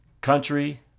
country